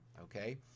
Okay